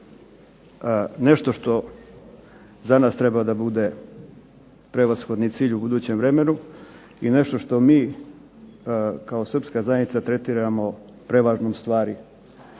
nešto što danas treba da bude prevashodni cilj u budućem vremenu i nešto što mi kao Srpska zajednica tretiramo prevažnom stvari